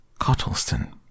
Cottleston